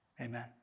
Amen